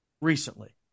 recently